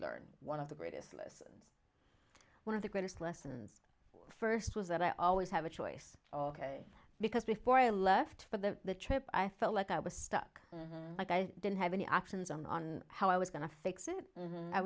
learned one of the greatest lasse's one of the greatest lessons first was that i always have a choice ok because before i left for the trip i felt like i was stuck and like i didn't have any options on how i was going to fix it